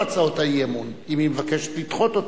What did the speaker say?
הצעות האי-אמון אם היא מבקשת לדחות אותן.